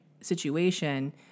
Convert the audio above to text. situation